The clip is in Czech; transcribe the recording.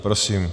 Prosím.